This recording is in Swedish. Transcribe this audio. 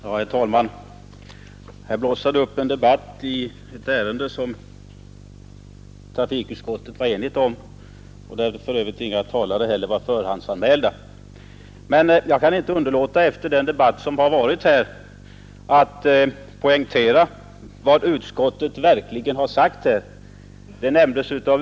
Herr talman! Här blossar det upp en debatt i ett ärende där trafikutskottet var enigt och där för övrigt inga talare var förhandsanmälda. Men jag kan inte underlåta, efter den debatt som har varit, att poängtera vad utskottet verkligen har sagt.